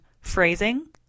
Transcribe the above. phrasing